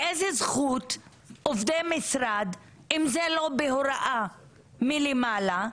באיזו זכות עובדי המשרד אם זה לא בהוראה מלמעלה,